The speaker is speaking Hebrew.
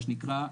מה שנקרא,